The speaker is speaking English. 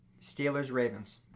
Steelers-Ravens